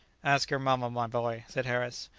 ask your mamma, my boy, said harris,